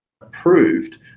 approved